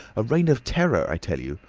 a reign of terror, i tell you.